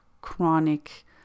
chronic